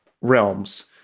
realms